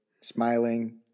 smiling